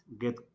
get